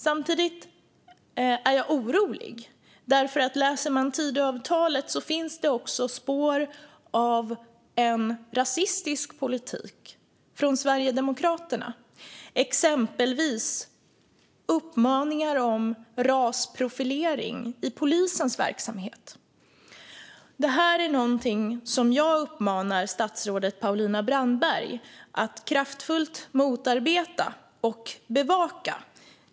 Samtidigt är jag orolig, eftersom det i Tidöavtalet finns spår av en rasistisk politik från Sverigedemokraterna, exempelvis uppmaningar till rasprofilering i polisens verksamhet. Det här är någonting som jag uppmanar statsrådet Paulina Brandberg att kraftfullt motarbeta och bevaka.